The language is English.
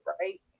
right